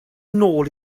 nôl